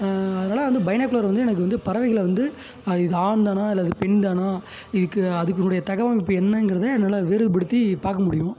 அதனால வந்து பைனாகுலர் வந்து எனக்கு வந்து பறவைகளை வந்து இது ஆண் தானா இல்லை அது பெண் தானா இதுக்கு அதுக்குனுடைய தகவமைப்பு என்னங்கிறத என்னால் வேறுபடுத்தி பார்க்கமுடியும்